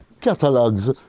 catalogs